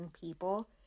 people